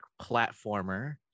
platformer